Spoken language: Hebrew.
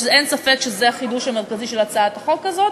אין ספק שזה החידוש המרכזי של הצעת החוק הזאת,